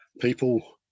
People